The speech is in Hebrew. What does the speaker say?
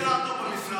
יש שר טוב במשרד,